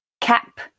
Cap